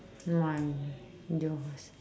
mine yours